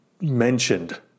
mentioned